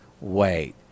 wait